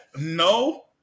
No